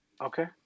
Okay